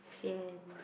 sian